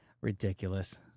ridiculous